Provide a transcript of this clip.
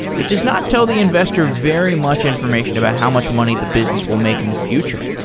it does not tell the investor very much information about how much money the business will make in the future.